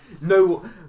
No